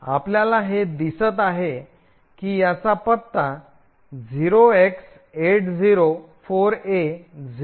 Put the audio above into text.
आपल्याला हे दिसत आहे की याचा पत्ता 0x804A024 आहे